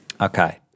Okay